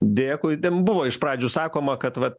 dėkui ten buvo iš pradžių sakoma kad vat